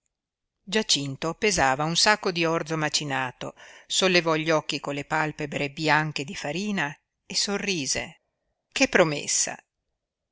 giacinto pesava un sacco di orzo macinato sollevò gli occhi con le palpebre bianche di farina e sorrise che promessa